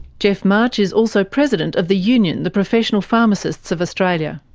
geoff march is also president of the union, the professional pharmacists of australia.